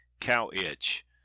cow-itch